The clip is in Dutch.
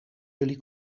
jullie